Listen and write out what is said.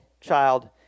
child